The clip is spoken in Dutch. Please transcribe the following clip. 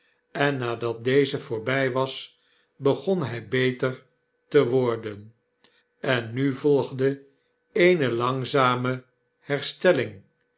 en nadat deze voorby was begon hy beter te worden en nu volgde eene langzame herstelling